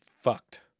fucked